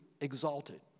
exalted